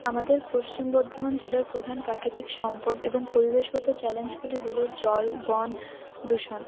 আমাদের পশ্চিম বর্ধমান জেলার প্রধান প্রাকৃতিক সম্পদ এবং পরিবেশগত চ্যালেঞ্জগুলি হল জল বন দূষণ